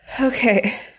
Okay